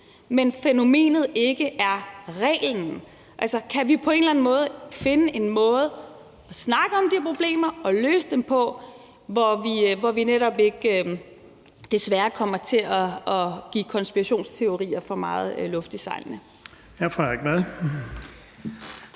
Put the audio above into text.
hvor fænomenet ikke er reglen. Altså, kan vi på en eller anden måde kan finde en måde at snakke om de problemer og løse dem på, hvor vi netop ikke kommer til at give konspirationsteorier for meget vind i sejlene?